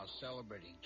celebrating